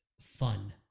fun